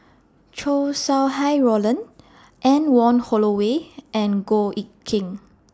Chow Sau Hai Roland Anne Wong Holloway and Goh Eck Kheng